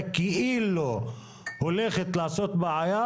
והבנייה (תיקון מס' 137) (אי-תחולת סעיף 157א